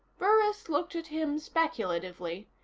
burris looked at him speculatively,